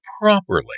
properly